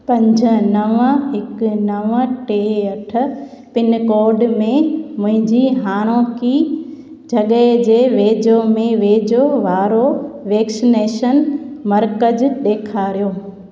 पंज नव हिकु नव टे अठ पिनकोड में मुंहिंजी हाणोकी जॻह जे वेझो में वेझो वारो वैक्सनेशन मर्कज ॾेखारियो